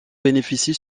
bénéficie